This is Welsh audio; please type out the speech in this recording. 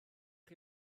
chi